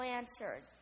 answered